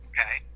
Okay